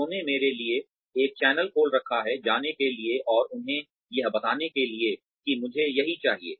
उन्होंने मेरे लिए एक चैनल खोल रखा है जाने के लिए और उन्हें यह बताने के लिए कि मुझे यही चाहिए